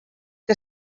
que